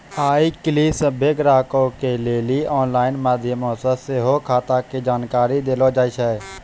आइ काल्हि सभ्भे ग्राहको के लेली आनलाइन माध्यमो से सेहो खाता के जानकारी देलो जाय छै